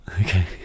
okay